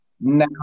Now